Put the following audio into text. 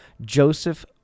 Joseph